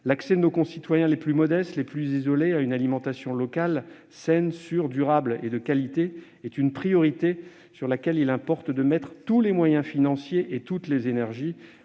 L'accès de nos concitoyens les plus modestes, les plus isolés, à une alimentation locale saine, sûre, durable et de qualité est une priorité à laquelle nous devons consacrer tous les moyens financiers et toutes les énergies.